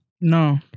No